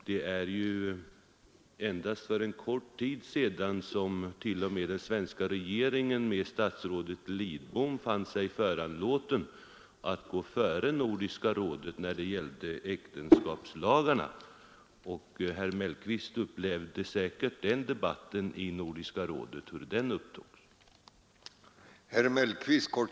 Det är ju endast kort tid sedan t.o.m. den svenska regeringen med statsrådet Lidbom som talesman fann sig föranlåten att gå före Nordiska rådet när det gällde äktenskapslagarna. Och herr Mellqvist upplevde säkerligen hur den saken upptogs i Nordiska rådet.